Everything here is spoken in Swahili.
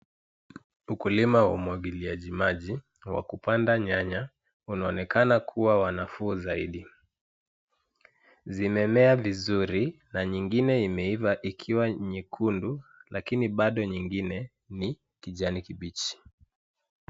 Ukulima wa umwagiliaji maji wa kupanda nyanya unaonekana kuwa wa nafuu zaidi. Zimemea vizuri na nyingine imeiva ikiwa nyekundu lakini baado nyingine ni kijani kibichi.